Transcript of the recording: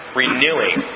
renewing